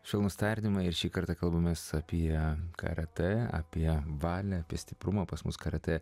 švelnūs tardymai ir šį kartą kalbamės apie karatė apie valią apie stiprumą pas mus karatė